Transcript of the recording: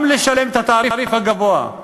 גם לשלם את התעריף הגבוה,